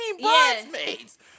bridesmaids